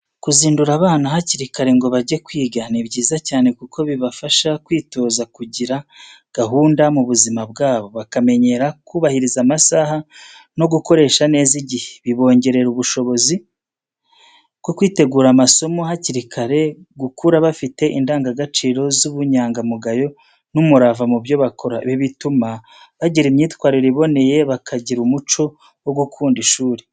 Kuzindura abana hakiri kare ngo bajye kwiga ni byiza cyane kuko bibafasha kwitoza kugira gahunda mu buzima bwabo, bakamenyera kubahiriza amasaha no gukoresha neza igihe. Bibongerera ubushobozi bwo kwitegura amasomo hakiri kare, gukura bafite indangagaciro z’ubunyangamugayo n’umurava mu byo bakora. Ibi bituma bagira imyitwarire iboneye, bakagira umuco wo gukunda ishuri.